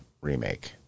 remake